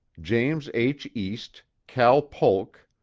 jas. h. east, cal polk,